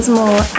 more